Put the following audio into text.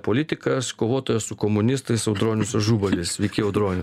politikas kovotojas su komunistais audronius ažubalis sveiki audroniau